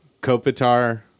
Kopitar